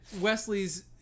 Wesley's